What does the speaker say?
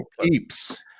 peeps